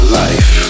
life